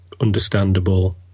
understandable